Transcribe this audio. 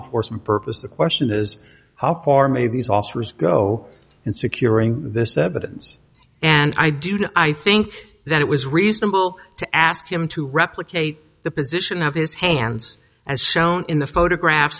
enforcement purpose the question is how far may these officers go in securing this evidence and i do know i think that it was reasonable to ask him to replicate the position of his hands as shown in the photograph